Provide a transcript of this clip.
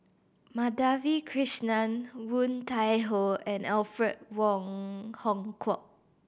Madhavi Krishnan Woon Tai Ho and Alfred Wong Hong Kwok